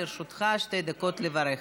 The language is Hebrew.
לרשותך שתי דקות לברך.